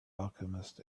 alchemist